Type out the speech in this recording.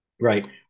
right